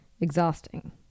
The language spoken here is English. exhausting